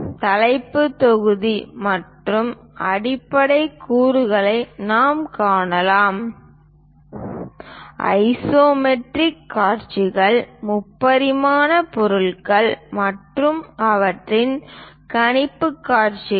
தலைப்பு தொகுதி மற்றும் அடிப்படை கூறுகளை நாம் காணலாம் ஐசோமெட்ரிக் காட்சிகள் முப்பரிமாண பொருள்கள் மற்றும் அவற்றின் கணிப்புக் காட்சிகள்